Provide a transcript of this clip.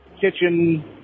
kitchen